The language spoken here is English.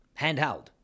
Handheld